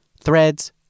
threads